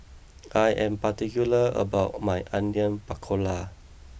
I am particular about my Onion Pakora